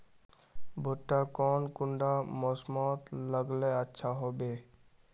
भुट्टा कौन कुंडा मोसमोत लगले अच्छा होबे?